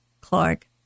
Clark